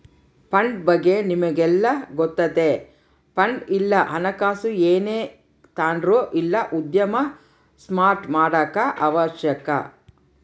fund ಬಗ್ಗೆ ನಮಿಗೆಲ್ಲ ಗೊತ್ತತೆ ಫಂಡ್ ಇಲ್ಲ ಹಣಕಾಸು ಏನೇ ತಾಂಡ್ರು ಇಲ್ಲ ಉದ್ಯಮ ಸ್ಟಾರ್ಟ್ ಮಾಡಾಕ ಅವಶ್ಯಕ